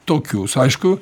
tokius aišku